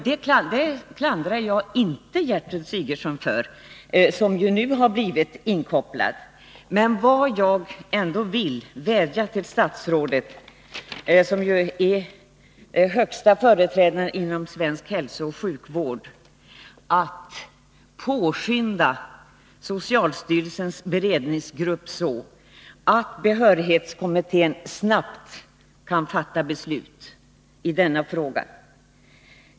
Det klandrar jag inte Gertrud Sigurdsen för, som först nu har blivit inkopplad. Men statsrådet är ändå högsta företrädare för svensk hälsooch sjukvård, och jag vädjar till henne ett påskynda socialstyrelsens beredningsgrupps arbete så att behörighetskommittén snabbt kan fatt beslut i denna fråga.